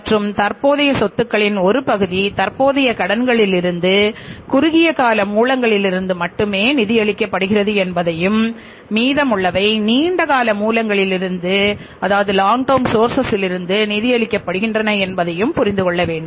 மற்றும் தற்போதைய சொத்துகளின் ஒரு பகுதி தற்போதைய கடன்களிலிருந்து குறுகிய கால மூலங்களிலிருந்து மட்டுமே நிதியளிக்கப்படுகிறது என்பதையும் மீதமுள்ளவை நீண்ட கால மூலங்களிலிருந்து நிதியளிக்கப்படுகின்றன என்பதையும் புரிந்து கொள்ள வேண்டும்